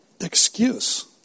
excuse